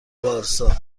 وارسا